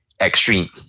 extreme